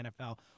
NFL